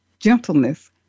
Gentleness